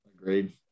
Agreed